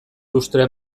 lustrea